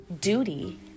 duty